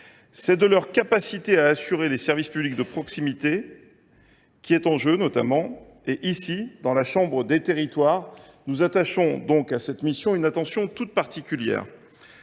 C’est leur capacité à assurer les services publics de proximité qui est en jeu. Ici, dans la chambre des territoires, nous attachons donc à cette mission une attention toute particulière.